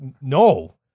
no